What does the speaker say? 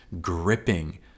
gripping